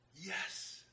Yes